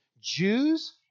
Jews